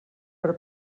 per